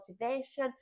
motivation